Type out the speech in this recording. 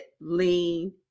lean